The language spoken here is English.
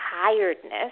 tiredness